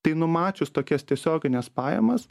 tai numačius tokias tiesiogines pajamas